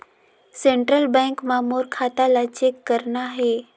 Central Bank मां मोर खाता ला चेक करना हे?